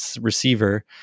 receiver